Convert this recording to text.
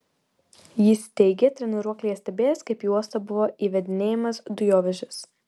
jis teigė treniruoklyje stebėjęs kaip į uostą buvo įvedinėjamas dujovežis